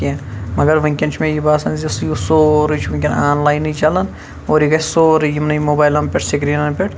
کینٛہہ مَگَر وٕنکیٚن چھُ مےٚ یہِ باسان زِ یہِ سورٕے چھُ وٕنکیٚن آن لاینٕے چَلان اور یہِ گَژھِ سورٕے یِمنٕے موبایلَن پٮ۪ٹھ سکریٖنَن پٮ۪ٹھ